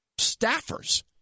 staffers